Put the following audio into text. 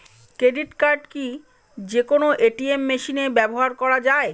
Credit card কি যে কোনো এ.টি.এম মেশিনে ব্যবহার করা য়ায়?